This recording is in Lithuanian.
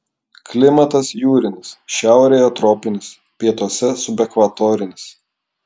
klimatas jūrinis šiaurėje tropinis pietuose subekvatorinis